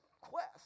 quest